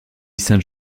sainte